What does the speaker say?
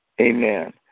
Amen